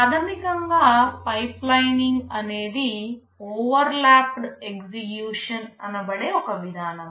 ప్రాథమికంగా పైప్లైనింగ్ అనేది overlapped execution అనబడే ఒక విధానం